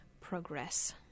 progress